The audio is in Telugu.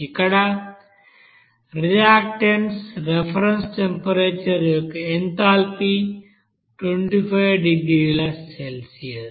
ఇక్కడ రియాక్టెంట్స్ రిఫరెన్స్ టెంపరేచర్ యొక్క ఎంథాల్పీ 25 డిగ్రీల సెల్సియస్